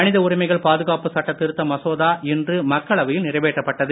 மனித உரிமைகள் பாதுகாப்பு சட்டத் திருத்த மசோதா இன்று மக்களவையில் நிறைவேற்றப் பட்டது